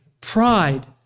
Pride